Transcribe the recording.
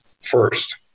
first